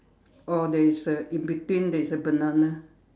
oh there is a in between there is a banana